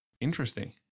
interesting